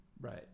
right